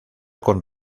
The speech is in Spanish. con